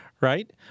right